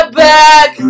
back